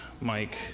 Mike